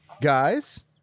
guys